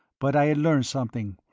but i had learned something,